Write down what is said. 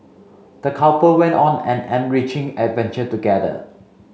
the couple went on an enriching adventure together